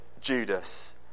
Judas